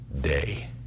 day